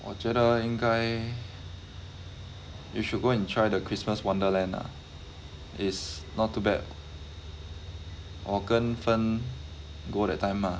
我觉得应该 you should go and try the christmas Wonderland ah is not too bad 我跟 fern go that time mah